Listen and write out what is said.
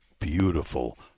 beautiful